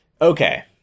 Okay